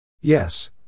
Yes